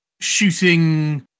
shooting